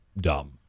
dumb